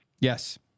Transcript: Yes